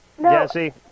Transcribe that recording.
Jesse